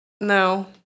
No